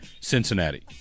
Cincinnati